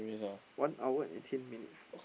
one hour and eighteen minutes